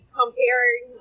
comparing